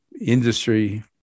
industry